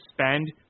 spend